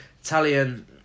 Italian